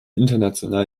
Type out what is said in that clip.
international